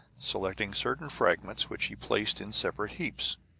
selecting certain fragments which he placed in separate heaps.